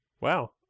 Wow